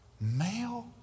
Male